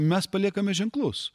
mes paliekame ženklus